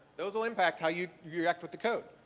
those will impact how you you interact with the code.